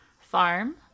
Farm